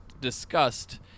discussed